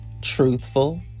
truthful